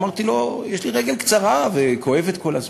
אמרתי לו: יש לי רגל קצרה וכואבת כל הזמן.